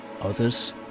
others